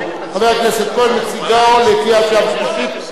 הכנסת כהן מציגה לקריאה שנייה וקריאה שלישית,